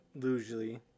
usually